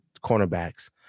cornerbacks